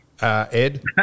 Ed